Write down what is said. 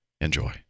Enjoy